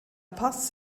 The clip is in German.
paz